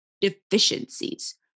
deficiencies